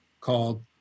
called